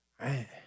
right